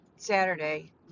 saturday